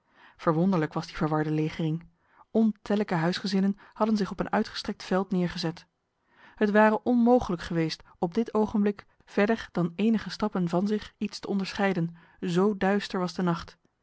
verwonderlijk was die verwarde legering ontellijke huisgezinnen hadden zich op een uitgestrekt veld neergezet het ware onmogelijk geweest op dit ogenblik verder dan enige stappen van zich iets te onderscheiden zo duister was de nacht